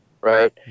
right